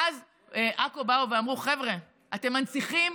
ואז מעכו באו ואמרו: חבר'ה, אתם מנציחים